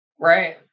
Right